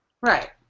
Right